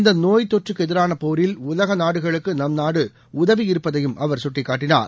இந்தநோய் தொற்றுக்குஎதிரானபோரில் உலகநாடுகளுக்குநம் நாடுஉதவி இருப்பதையும் அவர் சுட்டிக்காட்டினார்